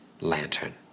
lantern